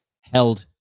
held